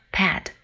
,Pad